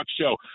show